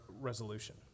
resolution